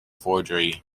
forgery